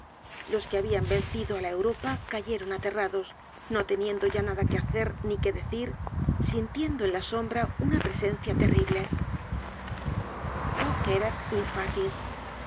los que habian vencido á la europa cayeron aterrados no teniendo ya nada que hacer ni que decir sintiendo en la sombra una presencia terrible hoc erat